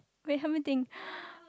wait help me think